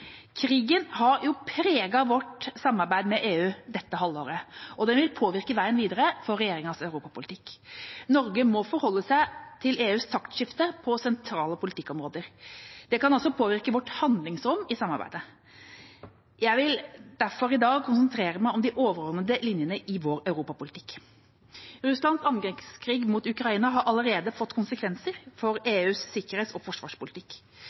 Krigen har preget vårt samarbeid med EU dette halvåret, og den vil påvirke veien videre for regjeringas europapolitikk. Norge må forholde seg til EUs taktskifte på sentrale politikkområder. Det kan også påvirke vårt handlingsrom i samarbeidet. Jeg vil derfor i dag konsentrere meg om de overordnede linjene i vår europapolitikk. Russlands angrepskrig mot Ukraina har allerede fått konsekvenser for EUs sikkerhets- og forsvarspolitikk.